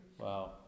wow